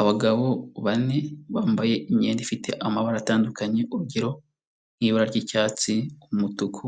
Abagabo bane bambaye imyenda ifite amabara atandukanye, urugero nk'ibara ry'icyatsi, umutuku